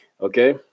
Okay